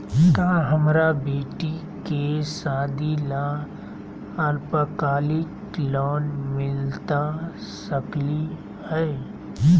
का हमरा बेटी के सादी ला अल्पकालिक लोन मिलता सकली हई?